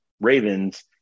Ravens